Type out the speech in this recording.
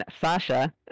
Sasha